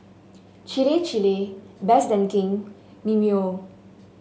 Chir Chir Best Denki Mimeo